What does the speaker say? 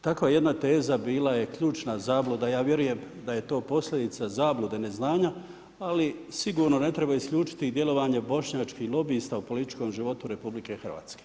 Takva jedna teza bila je ključna zabluda, ja vjerujem da je to posljedica zablude neznanja ali sigurno ne treba isključiti djelovanje bošnjačkih lobista u političkom životu RH.